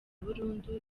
burundu